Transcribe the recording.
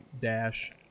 dash